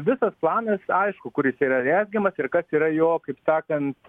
visas planas aišku kur jis yra rezgiamas ir kas yra jo kaip sakant